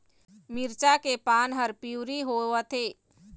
मिरचा के पान हर पिवरी होवथे?